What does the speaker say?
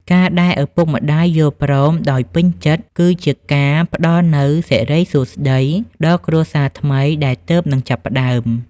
ការដែលឪពុកម្ដាយយល់ព្រមដោយពេញចិត្ត គឺជាការផ្ដល់នូវ "សិរីសួស្តី" ដល់គ្រួសារថ្មីដែលទើបនឹងចាប់ផ្តើម។